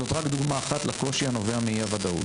זאת רק דוגמא אחת לקושי הנובע מאי הודאות.